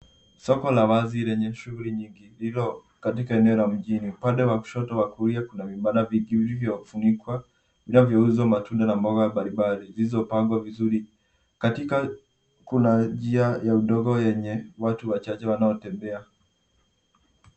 Soko la wazi lenye shughuli nyingi lililo katika eneo la mjini. Upande wa kushoto na kulia kuna vibanda vingi vilivyofunikwa vinavyouza matunda na mboga mbalimbali zilizopangwa vizuri katika kuna njia ya udongo yenye watu wachache wanaotembea.